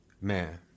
Man